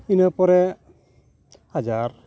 ᱤᱱᱟᱹ ᱯᱚᱨᱮ ᱦᱟᱡᱟᱨ